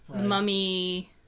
Mummy